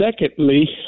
secondly